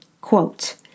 Quote